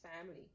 family